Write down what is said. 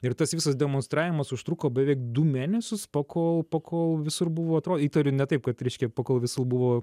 ir tas visas demonstravimas užtruko beveik du mėnesius pakol pakol visur buvo įtariu ne taip kad reiškia pakol visul buvo